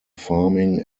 farming